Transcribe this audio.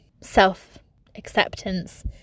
self-acceptance